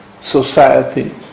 society